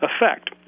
effect